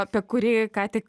apie kurį ką tik